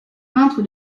peintre